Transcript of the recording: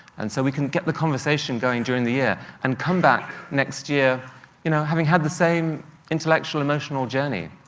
and so we can get the conversation going during the year and come back next year you know having had the same intellectual, emotional journey.